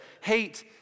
hate